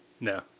No